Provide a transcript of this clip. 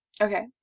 Okay